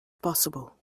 possible